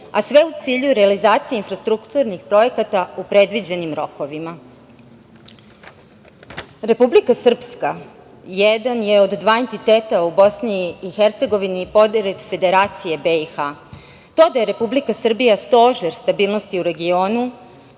a sve u cilju realizacije infrastrukturnih projekata u predviđenim rokovima. Republika Srpska jedan je od dva entiteta u BiH pored Federacije BiH. To da je Republika Srbija stožer stabilnosti u regionu